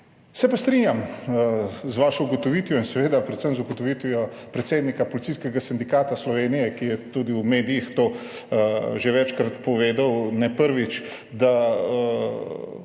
Se pa strinjam z vašo ugotovitvijo in seveda predvsem z ugotovitvijo predsednika Policijskega sindikata Slovenije, ki je tudi v medijih to že večkrat povedal, ne prvič, da